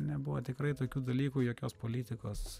nebuvo tikrai tokių dalykų jokios politikos